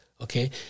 Okay